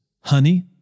honey